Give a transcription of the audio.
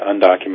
undocumented